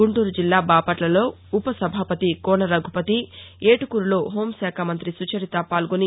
గుంటూరు జిల్లా బాపట్లలో ఉ పసభాపతి కోస రఘుపతి ఏటుకూరులో హోంశాఖ మంతి సుచరిత పాల్గొని